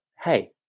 Hey